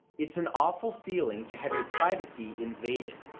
it's an awful feeling to have your privacy invaded.